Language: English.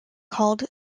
called